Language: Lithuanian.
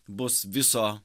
bus viso